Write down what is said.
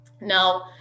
Now